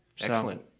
Excellent